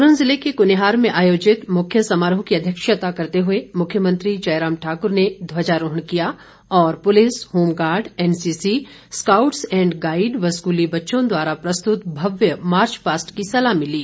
सोलन ज़िले के कुनिहार में आयोजित मुख्य समारोह की अध्यक्षता करते हुए मुख्यमंत्री जयराम ठाकुर ने ध्वाजारोहण किया और police home guard NCC scouts and guide व स्कूली बच्चों द्वारा प्रस्तुत भव्य मार्चपास्ट की सलामी ली